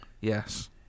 yes